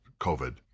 COVID